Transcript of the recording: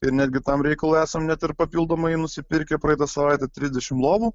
ir netgi tam reikalui esam net ir papildomai nusipirkę praeitą savaitę trisdešimt lovų